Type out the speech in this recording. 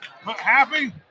happy